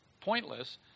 pointless